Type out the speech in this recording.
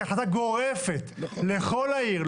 כהחלטה גורפת לכל העיר,